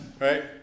Right